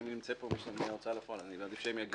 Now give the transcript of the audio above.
נמצאים פה מההוצאה לפועל, אני מעדיף שהם יגידו.